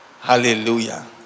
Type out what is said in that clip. Hallelujah